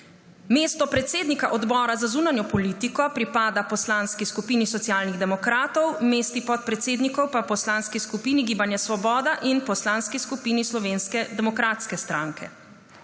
Mesto predsednika Odbora za zunanjo politiko pripada Poslanski skupini Socialnih demokratov, mesti podpredsednikov pa poslanski skupini Gibanja Svoboda in poslanski skupini Slovenske demokratske stranke.